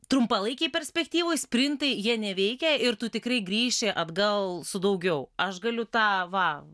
trumpalaikėj perspektyvoj sprintai jie neveikia ir tu tikrai grįši atgal su daugiau aš galiu tą va